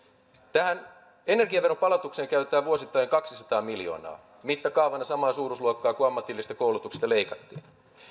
tähän energiaveron palautukseen käytetään vuosittain kaksisataa miljoonaa mittakaavana samaa suuruusluokkaa kuin ammatillisesta koulutuksesta leikattiin